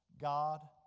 God